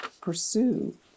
pursue